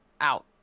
out